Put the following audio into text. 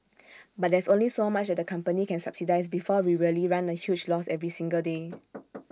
but there's only so much that the company can subsidise before we really run A huge loss every single day